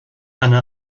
anne